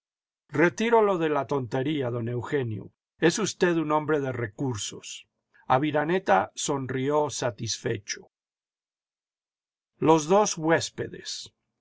retiro lo de la tontería don eugenio es usted un hombre de recursos aviraneta sonrió satisfecho los dos huespedes